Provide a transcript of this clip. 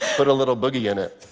but a little boogie in it.